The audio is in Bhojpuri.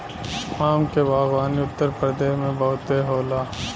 आम के बागवानी उत्तरप्रदेश में बहुते होला